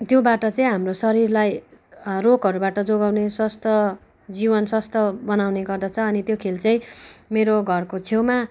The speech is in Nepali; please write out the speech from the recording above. त्योबाट चाहिँ हाम्रो शरीरलाई रोगहरूबाट जोगाउने स्वस्थ जीवन स्वस्थ बनाउने गर्दछ अनि त्यो खेल चाहिँ मेरो घरको छेउमा